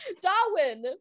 Darwin